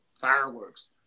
fireworks